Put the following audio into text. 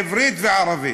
אדבר עברית וערבית,